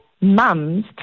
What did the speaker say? mums